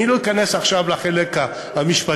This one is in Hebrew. אני לא אכנס עכשיו לחלק המשפטי,